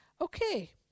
Okay